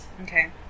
Okay